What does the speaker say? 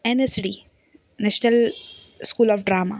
N S D national school of drama